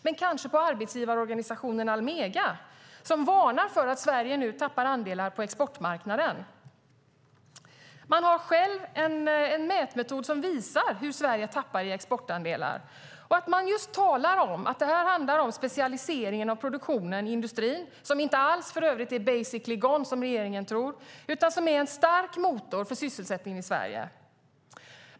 Men kanske lyssnar han på arbetsgivarorganisationen Almega, som varnar för att Sverige nu tappar andelar på exportmarknaden. Man har en mätmetod som visar hur Sverige tappar exportandelar. Det handlar om specialiseringen av produktionen i industrin, som för övrigt inte alls är basically gone, som regeringen tror, utan är en stark motor för sysselsättning i Sverige.